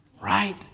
Right